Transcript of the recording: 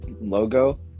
logo